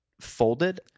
folded